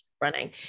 running